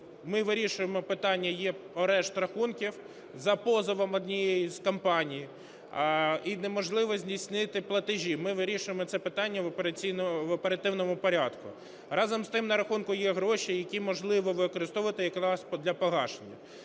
ми вирішуємо питання, є арешт рахунків за позовом однієї із компаній і неможливо здійснити платежі. Ми вирішуємо це питання в оперативному порядку. Разом з тим, на рахунку є гроші, які можливо використовувати якраз для погашення.